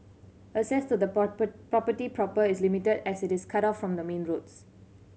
access to the property proper is limited as it is cut off from the main roads